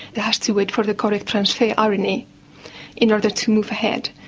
it has to wait for the correct transfer ah rna in order to move ahead.